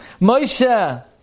Moshe